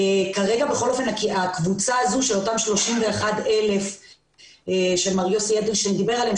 כרגע הקבוצה הזו של אותם 31,000 שמר יוסף אדלשטיין דיבר עליהם,